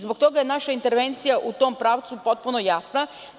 Zbog toga je naša intervencija u tom pravcu potpuno jasna.